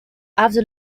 after